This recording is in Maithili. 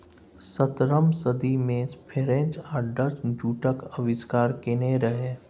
सतरहम सदी मे फ्रेंच आ डच जुटक आविष्कार केने रहय